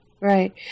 right